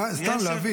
סתם להבין.